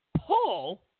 pull